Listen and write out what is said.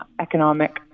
economic